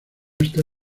está